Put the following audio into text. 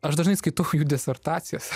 aš dažnai skaitau jų disertacijas